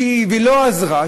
והיא לא עזרה,